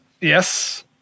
yes